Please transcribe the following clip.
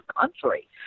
country